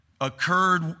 occurred